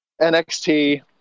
NXT